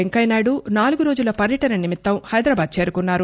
వెంకయ్యనాయుడు నాలుగు రోజుల పర్యటన నిమిత్తం హైదరాబాద్ చేరుకున్సారు